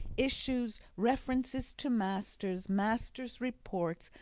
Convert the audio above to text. issues, references to masters, masters' reports,